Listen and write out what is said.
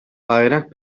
bayrak